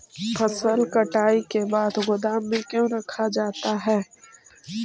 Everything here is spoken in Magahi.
फसल कटाई के बाद गोदाम में क्यों रखा जाता है?